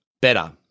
better